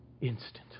Instant